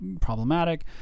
problematic